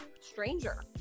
stranger